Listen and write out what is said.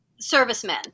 servicemen